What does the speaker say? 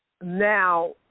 Now